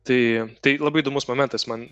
tai tai labai įdomus momentas man